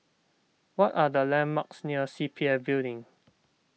what are the landmarks near C P F Building